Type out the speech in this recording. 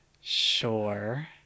Sure